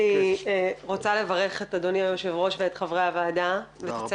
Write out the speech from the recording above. אני רוצה לברך את אדוני היושב-ראש ואת חברי הוועדה ואת הצוות,